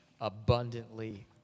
abundantly